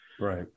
Right